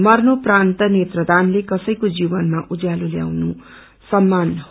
मरणेंप्रान्त नेत्रदानले कसैको जीवनमा उज्यालो ल्याउनु सम्मान हो